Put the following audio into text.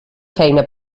feina